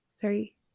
three